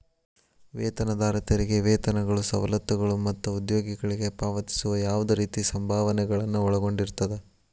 ವೇತನದಾರ ತೆರಿಗೆ ವೇತನಗಳು ಸವಲತ್ತುಗಳು ಮತ್ತ ಉದ್ಯೋಗಿಗಳಿಗೆ ಪಾವತಿಸುವ ಯಾವ್ದ್ ರೇತಿ ಸಂಭಾವನೆಗಳನ್ನ ಒಳಗೊಂಡಿರ್ತದ